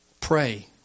pray